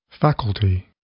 Faculty